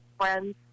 friends